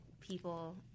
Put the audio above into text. people